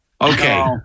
Okay